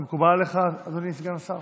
זה מקובל עליך, אדוני סגן השר?